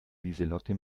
lieselotte